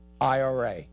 IRA